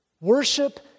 Worship